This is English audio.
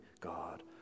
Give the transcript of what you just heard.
God